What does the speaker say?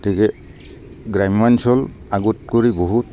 গতিকে গ্ৰাম্যাঞ্চল আগত কৰি বহুত